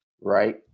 right